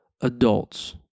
adults